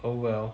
oh well